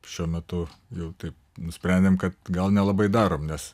šiuo metu jau taip nusprendėm kad gal nelabai darom nes